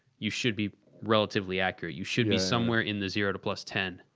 you should be relatively accurate. you should be somewhere in the zero to plus ten.